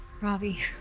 Ravi